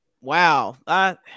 Wow